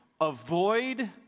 avoid